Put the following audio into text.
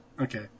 Okay